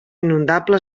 inundable